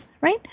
right